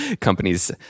companies